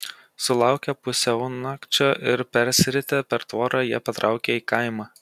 sulaukę pusiaunakčio ir persiritę per tvorą jie patraukė į kaimą